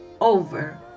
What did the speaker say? over